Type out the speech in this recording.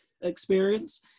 experience